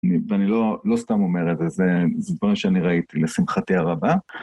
ואני לא סתם אומר את זה, זה דברים שאני ראיתי לשמחתי הרבה.